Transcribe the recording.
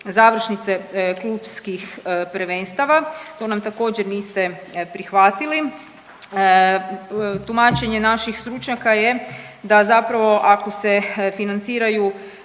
završnice klupskih prvenstava, to nam također, niste prihvatili. Tumačenje naših stručnjaka je da zapravo ako se financiraju